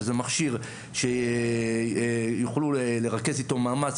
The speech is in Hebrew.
שזה מכשיר שיוכלו לרכז איתו מאמץ,